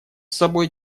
собой